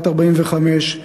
בת 45,